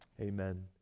Amen